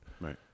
Right